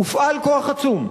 הופעל כוח עצום.